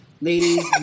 Ladies